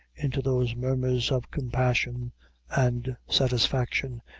into those murmurs of compassion and satisfaction,